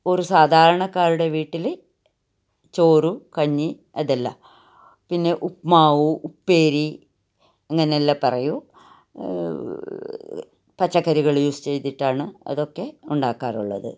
ഒരു സാധാരണക്കാരുടെ വീട്ടിൽ ചോറും കഞ്ഞി അതെല്ലാം പിന്നെ ഉപ്പുമാവ് ഉപ്പേരി അങ്ങനെയെല്ലാം പറയും പച്ചക്കറികൾ യൂസ് ചെയ്തിട്ടാണ് അതൊക്കെ ഉണ്ടാകാറുള്ളത്